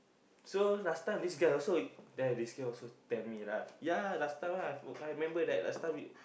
so last time this guy also then I this guy also tell me lah ya last time I remember that last time we